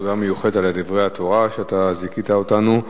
תודה מיוחדת על דברי התורה, שזיכית אותנו.